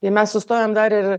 ir mes sustojom dar ir